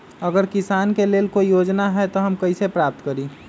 अगर किसान के लेल कोई योजना है त हम कईसे प्राप्त करी?